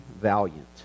valiant